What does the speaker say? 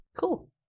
Cool